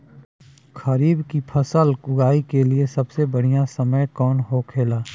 खरीफ की फसल कब उगाई के लिए सबसे बढ़ियां समय कौन हो खेला?